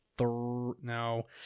No